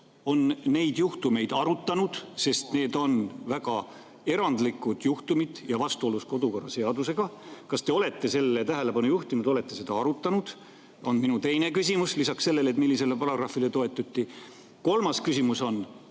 on neid juhtumeid arutanud? Need on väga erandlikud juhtumid ja vastuolus kodukorraseadusega. Kas te olete sellele tähelepanu juhtinud ja kas te olete seda arutanud? See on minu teine küsimus lisaks sellele, millisele paragrahvile toetuti. Kolmas küsimus on: